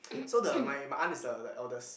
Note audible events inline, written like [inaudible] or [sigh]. [noise] so the my my aunt is a like eldest